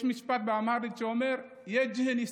יש משפט באמהרית שאומר: יג'הן יסטך.